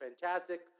fantastic